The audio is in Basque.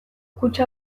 kutxa